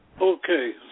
Okay